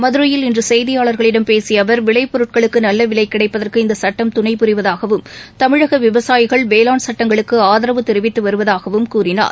மதுரையில் இன்று செய்தியாளர்களிடம் பேசிய அவர் விளைபொருட்களுக்கு நல்ல விலை கிடைப்பதற்கு இந்த சட்டம் துணை புரிவதாகவும் தமிழக விவசாயிகள் வேளான் சட்டங்களுக்கு ஆதரவு தெரிவித்து வருவதாகவும் கூறினார்